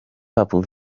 hop